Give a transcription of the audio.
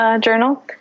Journal